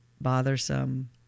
bothersome